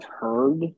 heard